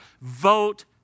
vote